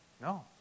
No